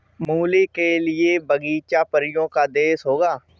मूली के लिए बगीचा परियों का देश होगा